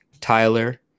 Tyler